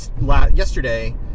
yesterday